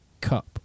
Cup